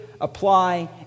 apply